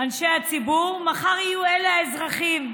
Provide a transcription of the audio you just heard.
אנשי הציבור, מחר יהיו אלה האזרחים.